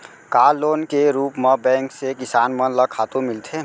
का लोन के रूप मा बैंक से किसान मन ला खातू मिलथे?